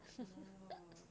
orh